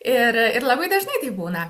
ir ir labai dažnai taip būna